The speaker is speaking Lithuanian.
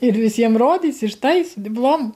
ir visiem rodysi štai su diplomu